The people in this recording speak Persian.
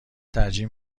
ترجیح